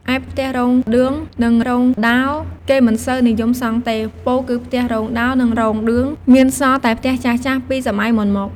ឯផ្ទះរោលឌឿង និង រោងដោល គេមិនសូវនិយមសង់ទេ ពោលគឺផ្ទះរោងដោលនិងរោងឌឿង មានសល់តែផ្ទះចាស់ៗពីសម័យមុនមក។